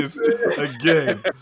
again